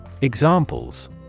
Examples